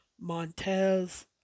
Montez